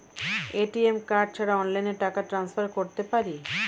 ATM card ছাড়া অনলাইনে টাকা টান্সফার করতে পারি?